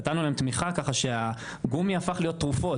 נתנו להם תמיכה ככה שהגומי הפך להיות תרופות,